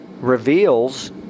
reveals